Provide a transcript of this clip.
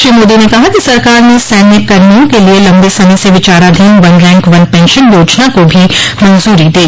श्री मोदी ने कहा कि सरकार ने सैन्य कर्मियों के लिए लंबे समय से विचाराधीन वन रैंक वन पेंशन योजना को भी मंजूरी दी